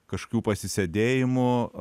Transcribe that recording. kažkokių pasisėdėjimų